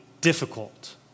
difficult